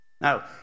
Now